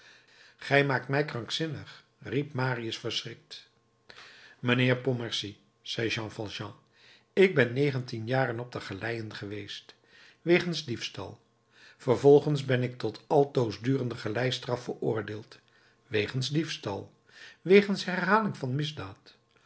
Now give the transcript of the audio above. gij maakt mij krankzinnig riep marius verschrikt mijnheer pontmercy zei jean valjean ik ben negentien jaren op de galeien geweest wegens diefstal vervolgens ben ik tot altoosdurende galeistraf veroordeeld wegens diefstal wegens herhaling van misdaad